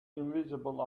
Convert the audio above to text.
invisible